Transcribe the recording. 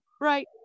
right